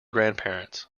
grandparents